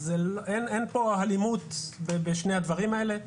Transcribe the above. אז אין פה הלימות בשני הדברים האלה,